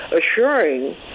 assuring